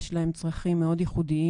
יש להם צרכים מאד ייחודיים,